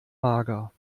mager